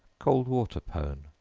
cold water pone.